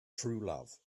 truelove